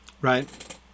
right